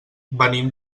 venim